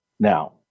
Now